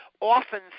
Often